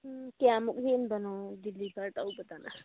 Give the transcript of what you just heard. ꯀꯌꯥꯃꯨꯛ ꯍꯦꯟꯕꯅꯣ ꯗꯤꯂꯤꯕꯔ ꯇꯧꯕꯗꯅ